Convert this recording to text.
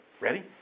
Ready